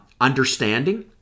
understanding